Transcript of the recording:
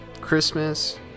Christmas